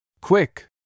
quick